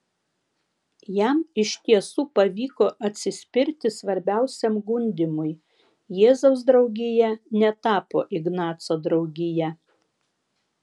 jam iš tiesų pavyko atsispirti svarbiausiam gundymui jėzaus draugija netapo ignaco draugija